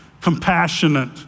compassionate